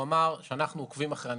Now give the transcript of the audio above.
הוא אמר שאנחנו עוקבים אחרי הנתונים,